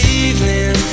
evening